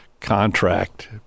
contract